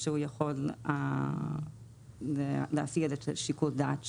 שהוא יכול להפעיל יותר את שיקול הדעת שלו.